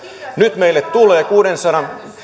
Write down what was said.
nyt meille tulee kuudensadan